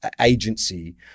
agency